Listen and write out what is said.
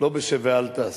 לא ב"שב ואל תעשה".